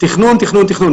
תכנון תכנון תכנון.